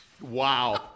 Wow